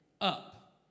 up